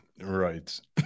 right